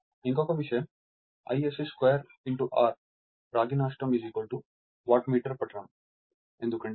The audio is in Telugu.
ఇంకొక విషయం Isc2 R రాగి నష్టం వాట్మీటర్ పఠనం ఎందుకంటే R R1 R2